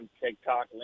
TikTok